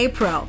Pro